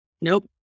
Nope